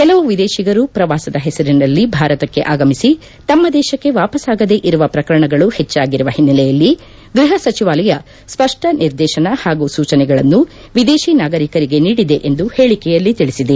ಕೆಲವು ವಿದೇಶಿಗರು ಪ್ರವಾಸದ ಹೆಸರಿನಲ್ಲಿ ಭಾರತಕ್ಕೆ ಆಗಮಿಸಿ ತಮ್ಮ ದೇಶಕ್ಕೆ ವಾಪಾಸಾಗದೆ ಇರುವ ಪ್ರಕರಣಗಳು ಹೆಚ್ಚಾಗಿರುವ ಹಿನ್ನೆಲೆಯಲ್ಲಿ ಗೃಹ ಸಚಿವಾಲಯ ಸ್ವಷ್ಷ ನಿರ್ದೇತನ ಹಾಗೂ ಸೂಚನೆಗಳನ್ನು ವಿದೇತಿ ನಾಗರೀಕರಿಗೆ ನೀಡಿದೆ ಎಂದು ಹೇಳಿಕೆಯಲ್ಲಿ ತಿಳಿಸಿದೆ